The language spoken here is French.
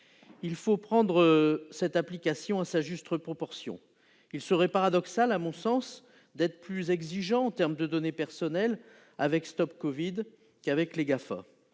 Il faut considérer cette application à sa juste mesure. Il serait paradoxal, à mon sens, d'être plus exigeant en termes de données personnelles avec StopCovid qu'avec les Gafam.